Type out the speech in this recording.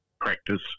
practice